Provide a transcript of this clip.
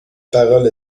parole